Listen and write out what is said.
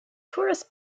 tourists